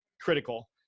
critical